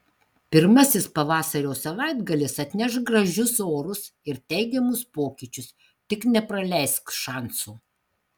pirmasis pavasario savaitgalis atneš gražius orus ir teigiamus pokyčius tik nepraleisk šanso